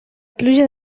pluja